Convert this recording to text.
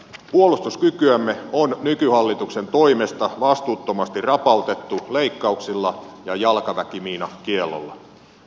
puolustuskykyämme on nykyhallituksen toimesta vastuuttomasti rapautettu leik kauksilla ja jalkaväkimiinakiellolla